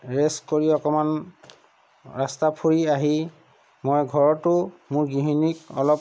ৰেছ কৰি অকমান ৰাস্তা ফুৰি আহি মই ঘৰতো গৃহিণীক অলপ